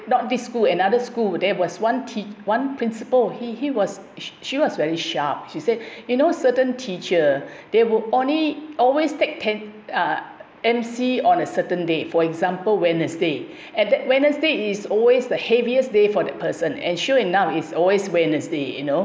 not this school another school would there was one t~ one principle he he was she was very sharp she said you know certain teacher they will only always take ten~ uh M_C on a certain day for example wednesday at that wednesday is always the heaviest day for that person and sure enough is always wednesday you know